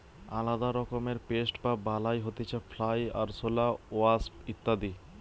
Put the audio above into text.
আলদা রকমের পেস্ট বা বালাই হতিছে ফ্লাই, আরশোলা, ওয়াস্প ইত্যাদি